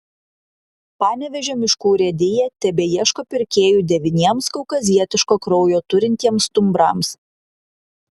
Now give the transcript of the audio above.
panevėžio miškų urėdija tebeieško pirkėjų devyniems kaukazietiško kraujo turintiems stumbrams